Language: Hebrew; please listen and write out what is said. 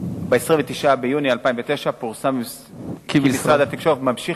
אחרונות" מ-29 ביוני 2009 פורסם כי משרד התקשורת ממשיך